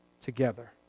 together